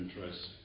interest